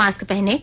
mask पहनें